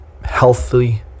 healthy